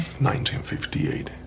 1958